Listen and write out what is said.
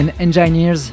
Engineers